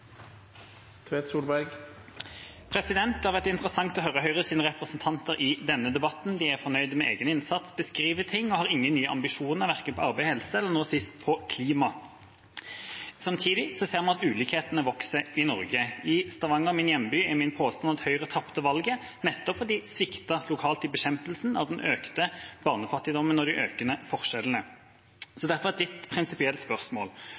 Det har vært interessant å høre Høyres representanter i denne debatten. De er fornøyd med egen innsats, beskriver ting og har ingen nye ambisjoner verken på arbeid, helse eller – nå sist – på klima. Samtidig ser vi at ulikhetene vokser i Norge. I Stavanger, min hjemby, er min påstand at Høyre tapte valget nettopp fordi de sviktet lokalt i bekjempelsen av den økte barnefattigdommen og de økende forskjellene. Derfor har jeg et litt prinsipielt spørsmål.